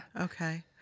okay